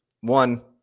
one